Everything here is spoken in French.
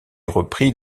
repris